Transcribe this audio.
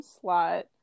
slot